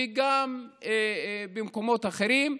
וגם במקומות אחרים,